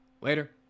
Later